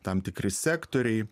tam tikri sektoriai